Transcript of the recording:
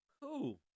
cool